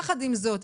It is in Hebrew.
יחד עם זאת,